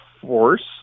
force